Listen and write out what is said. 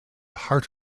heart